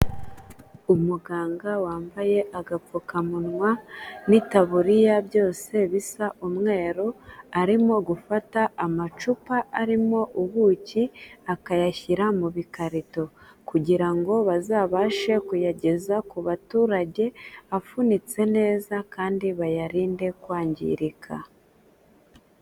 Umuganga wambaye agapfukamunwa n'itaburiya byose bisa umweru, arimo gufata amacupa arimo ubuki akayashyira mu bikarito kugirango bazabashe kuyageza ku baturage afunitse neza kandi bayarinde kwangirika.